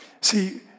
See